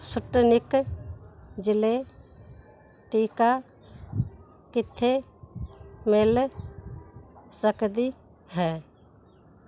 Sputnik ਜ਼ਿਲ੍ਹੇ ਟੀਕਾ ਕਿੱਥੇ ਮਿਲ ਸਕਦੀ ਹੈ